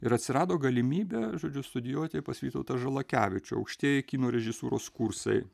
ir atsirado galimybė žodžiu studijuoti pas vytautą žalakevičių aukštieji kino režisūros kursai